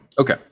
Okay